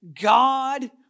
God